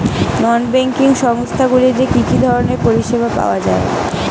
নন banking সংস্থা গুলিতে কি কি ধরনের পরিসেবা পাওয়া য়ায়?